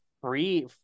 Free